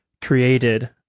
created